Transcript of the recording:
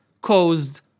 caused